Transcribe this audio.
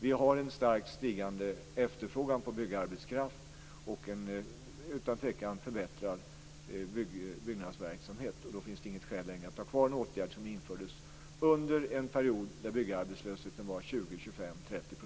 Vi har en starkt stigande efterfrågan på byggarbetskraft och en utan tvekan förbättrad byggverksamhet. Därför finns det inte något skäl att ha kvar en åtgärd som infördes under en period då byggarbetslösheten var